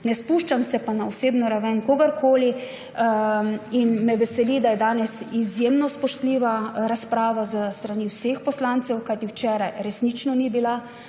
ne spuščam se pa na osebno raven kogarkoli. Me veseli, da je danes izjemno spoštljiva razprava s strani vseh poslancev, kajti včeraj resnično ni bila,